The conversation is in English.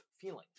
feeling